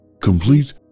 complete